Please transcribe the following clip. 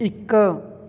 ਇੱਕ